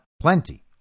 plenty